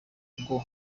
ngo